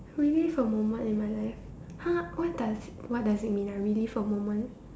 relive a moment in my life !huh! what does what does it mean ah relive a moment